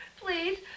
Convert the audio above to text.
Please